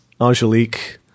Angelique